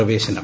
പ്രവേശനം